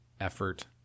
effort